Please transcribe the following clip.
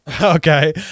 Okay